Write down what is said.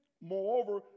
moreover